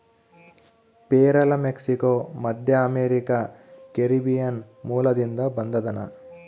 ಪೇರಲ ಮೆಕ್ಸಿಕೋ, ಮಧ್ಯಅಮೇರಿಕಾ, ಕೆರೀಬಿಯನ್ ಮೂಲದಿಂದ ಬಂದದನಾ